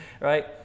right